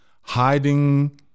hiding